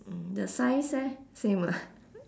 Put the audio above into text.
the size eh same ah